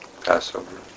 Passover